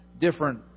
different